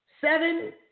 Seven